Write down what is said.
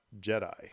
Jedi